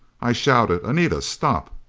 i shouted, anita, stop!